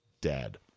dad